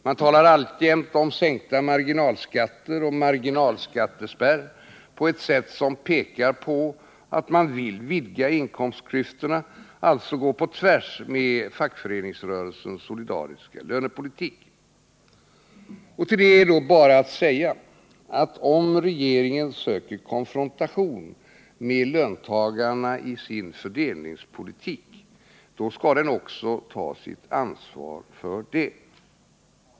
Man talar alltjämt om sänkta marginalskatter och marginalskattespärr på ett sätt som pekar på att man vill vidga inkomstklyftorna, alltså gå på tvärs med fackföreningsrörelsens solidariska lönepolitik. Till det är då bara att säga att om regeringen söker konfrontation med löntagarna i sin fördelningspolitik, då skall den också ta sitt ansvar för det.